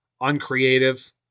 uncreative